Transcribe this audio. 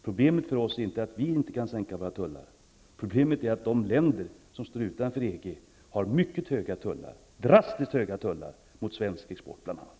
Problemet för oss är inte att vi inte kan sänka våra tullar, problemet är att de länder som står utanför EG har mycket höga tullar, drastiskt höga tullar, mot bl.a. svensk export.